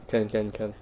can can can